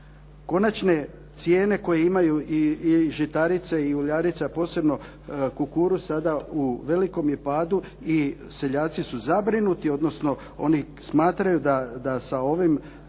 Konačne cijene koje imaju i žitarice i uljarice, a posebno kukuruz sada u velikom je padu i seljaci su zabrinuti, odnosno oni smatraju da sa ovim cijenama